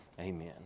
Amen